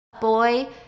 boy